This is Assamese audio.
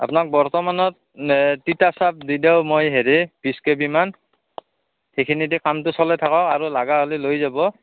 আপোনাক বৰ্তমানত তিতা চাপ দি দিওঁ মই হেৰি পিছ কেবিমান সেইখিনি দি কামটো চলাই থাকক আৰু লাগা হ'লি লৈ যাব